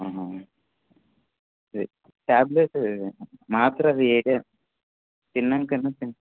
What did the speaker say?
హ ట్యాబ్లెట్ మాత్ర అది ఏద తిన్నాకనా తి